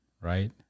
Right